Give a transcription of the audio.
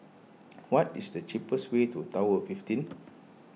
what is the cheapest way to Tower fifteen